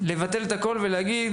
לבטל את הכול ולהגיד: